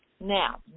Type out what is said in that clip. Now